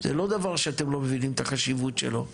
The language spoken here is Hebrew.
והיו העברה של עודפים של כ-8 מיליון